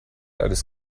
eines